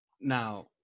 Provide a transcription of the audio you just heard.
Now